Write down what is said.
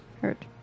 Hurt